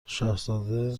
شاهزاده